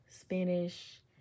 Spanish